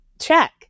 check